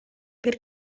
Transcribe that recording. per